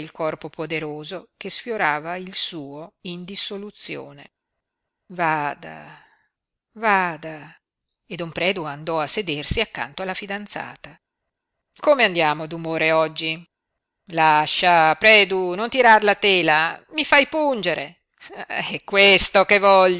il corpo poderoso che sfiorava il suo in dissoluzione vada vada e don predu andò a sedersi accanto alla fidanzata come andiamo d'umore oggi lascia predu non tirar la tela mi fai pungere è questo che